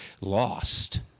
lost